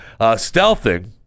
Stealthing